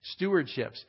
stewardships